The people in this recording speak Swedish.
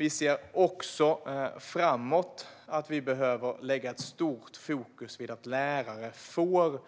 Vi ser också framåt att vi behöver lägga ett stort fokus vid att lärare ska få